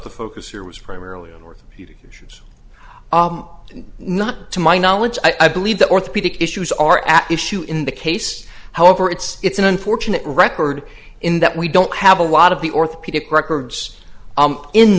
the focus here was primarily orthopedic issues not to my knowledge i believe the orthopedic issues are at issue in the case however it's it's an unfortunate record in that we don't have a lot of the orthopedic records